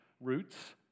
roots